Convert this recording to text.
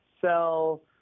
sell